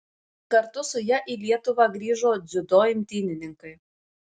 kartu su ja į lietuvą grįžo dziudo imtynininkai